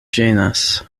ĝenas